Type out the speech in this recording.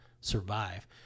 survive